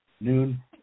Noon